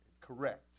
correct